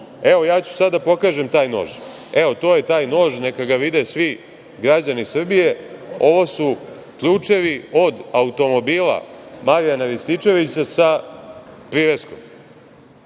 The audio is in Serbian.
Evo, ja ću sad da pokažem taj nož. Evo, to je taj nož, neka ga vide svi građani Srbije. Ovo su ključevi od automobila Marijana Rističevića sa priveskom.